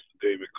David